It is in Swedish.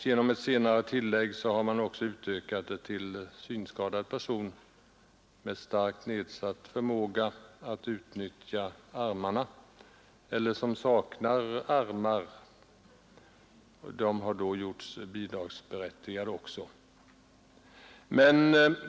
Genom ett senare tillägg har också synskadad person med starkt nedsatt förmåga att utnyttja armarna eller som saknar armar gjorts bidragsberättigad.